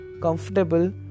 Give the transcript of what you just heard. comfortable